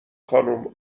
خانم